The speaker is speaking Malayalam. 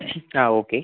ആ ഓക്കെ